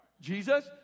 Jesus